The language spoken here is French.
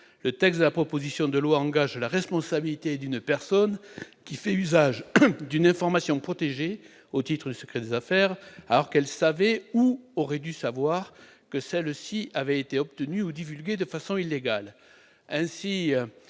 Le texte actuel de la proposition de loi engage la responsabilité d'une personne qui fait usage d'une information protégée au titre du secret des affaires, alors qu'elle sait ou aurait dû savoir que celle-ci a été obtenue ou divulguée de façon illégale.